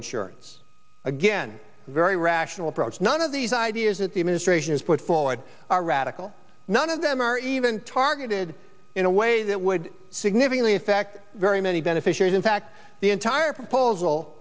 insurance again a very rational approach none of these ideas that the administration has put forward are radical none of them are even targeted in a way that would significantly affect very many beneficiaries in fact the entire proposal